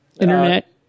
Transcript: internet